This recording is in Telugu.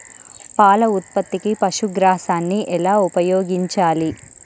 పాల ఉత్పత్తికి పశుగ్రాసాన్ని ఎలా ఉపయోగించాలి?